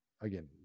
again